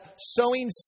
sowing